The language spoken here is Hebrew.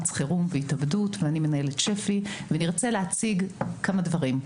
אני מנהלת שפ"י וארצה להציג כמה דברים,